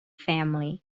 family